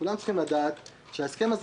כולם צריכים לדעת שההסכם הזה